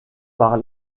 par